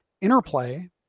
Interplay